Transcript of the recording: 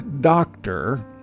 doctor